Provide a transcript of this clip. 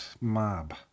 mob